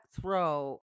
throw